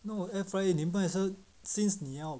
that's why 你 might as well since 你要